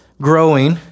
growing